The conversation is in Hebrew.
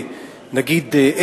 נגיד,